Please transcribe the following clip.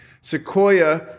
Sequoia